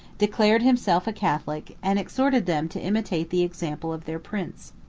declared himself a catholic, and exhorted them to imitate the example of their prince.